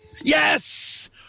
Yes